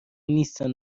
نیستن